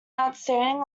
outstanding